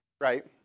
Right